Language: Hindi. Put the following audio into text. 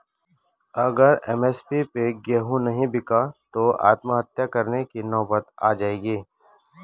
अगर एम.एस.पी पे गेंहू नहीं बिका तो आत्महत्या करने की नौबत आ जाएगी